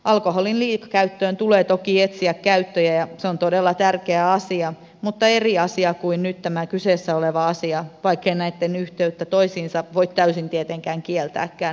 alkoholin liikakäyttöä vastaan tulee toki etsiä ratkaisuja ja se on todella tärkeä asia mutta eri asia kuin nyt tämä kyseessä oleva asia vaikkei näitten yhteyttä toisiinsa voi täysin tietenkään kieltääkään